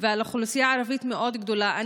ועל אוכלוסייה ערבית גדולה מאוד.